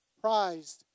prized